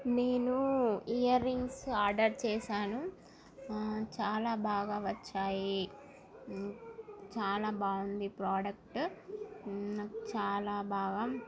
నేను earrings order చేశాను చాలా బాగా వచ్చాయి చాలా బాగుంది ప్రోడక్ట్ నాకు చాలా బాగా